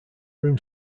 room